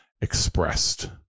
expressed